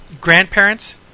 grandparents